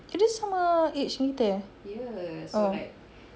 dia sama age dengan kita eh oh